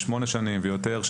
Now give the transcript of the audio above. שמונה שנים ויותר,